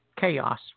Chaos